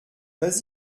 vas